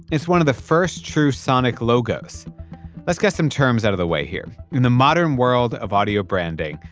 it's one of the first true sonic logos let's get some terms out of the way here. in the modern world of audio branding,